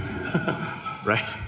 right